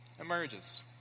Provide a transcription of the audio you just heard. emerges